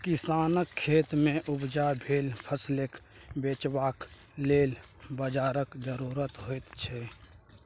किसानक खेतमे उपजा भेल फसलकेँ बेचबाक लेल बाजारक जरुरत होइत छै